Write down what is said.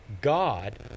God